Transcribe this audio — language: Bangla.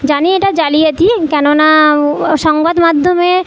জানি এটা জালিয়াতি কেননা সংবাদমাধ্যমে